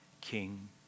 king